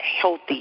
healthy